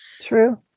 True